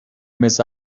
miss